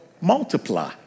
multiply